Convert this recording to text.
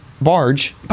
barge